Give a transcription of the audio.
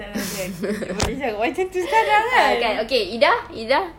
ah kan okay ida ida